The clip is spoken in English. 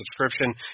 subscription